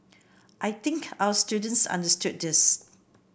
I think our students understood this